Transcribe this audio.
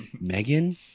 Megan